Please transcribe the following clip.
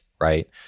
right